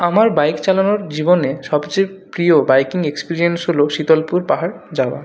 আমার বাইক চালানোর জীবনে সবচেয়ে প্রিয় বাইকিং এক্সপেরিয়েন্স হল শীতলপুর পাহাড় যাওয়া